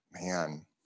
man